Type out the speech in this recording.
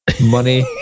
Money